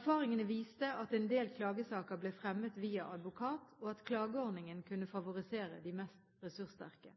Erfaringene viste at en del klagesaker ble fremmet via advokat, og at klageordningen kunne favorisere de mest ressurssterke.